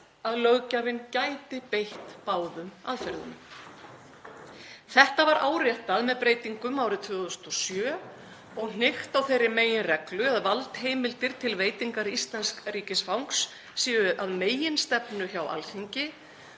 að löggjafinn gæti beitt báðum aðferðunum. Þetta var áréttað með breytingum árið 2007 og hnykkt á þeirri meginreglu að valdheimildir til veitingar íslensks ríkisfangs séu að meginstefnu hjá Alþingi